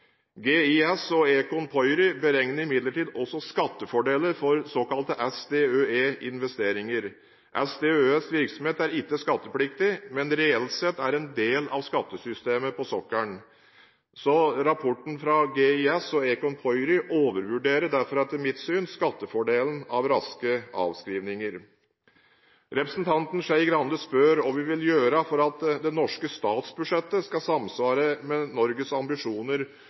GIS og Econ Pöyry beregner imidlertid også skattefordeler for såkalte SDØE-investeringer. SDØEs virksomhet er ikke skattepliktig, men er reelt sett en del av skattesystemet på sokkelen. Rapporten fra GIS og Econ Pöyry overvurderer derfor, etter mitt syn, skattefordelen av raske avskrivinger. Representanten Skei Grande spør hva vi vil gjøre for at det norske statsbudsjettet skal samsvare med Norges ambisjoner